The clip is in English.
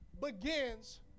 begins